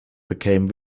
became